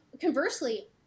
conversely